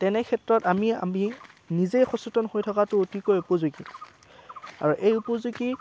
তেনেক্ষেত্ৰত আমি আমি নিজেই সচেতন হৈ থকাটো অতিকৈ উপযোগী আৰু এই উপযোগী